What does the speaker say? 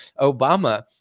obama